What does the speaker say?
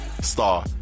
star